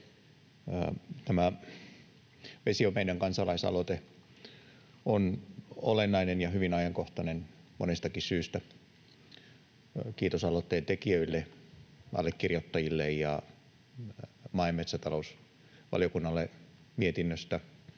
Tämä Vesi on meidän ‑kansalaisaloite on olennainen ja hyvin ajankohtainen monestakin syystä. Kiitos aloitteen tekijöille ja allekirjoittajille ja maa- ja metsätalousvaliokunnalle mietinnöstä